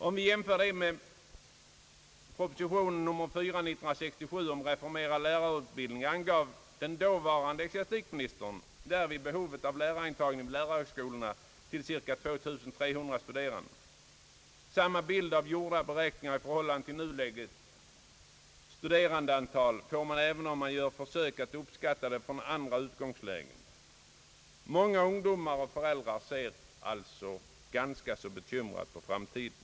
Om vi jämför dessa siffror med propositionen nr 4 1967 om reformerad lärarutbildning, angav den dåvarande ecklesiastikministern där behovet av lärarintagning vid lärarhögskolorna till ca 2300 studerande. Samma bild av antalet studerande enligt gjorda beräkningar i förhållande till nuläget får man, om man försöker uppskatta det från andra utgångslägen. Många ungdomar och föräldrar ser alltså ganska bekymrat på framtiden.